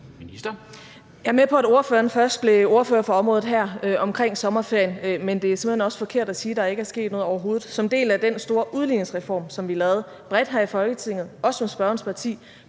Jeg er med på, at ordføreren først blev ordfører for området her omkring sommerferien, men det er simpelt hen også forkert at sige, at der ikke er sket noget overhovedet. Som en del af den store udligningsreform, som vi lavede bredt her i Folketinget, også med spørgerens parti,